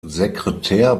sekretär